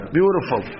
Beautiful